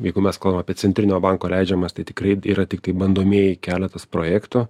jeigu mes kalbam apie centrinio banko leidžiamas tai tikrai yra tiktai bandomieji keletas projektų